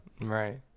Right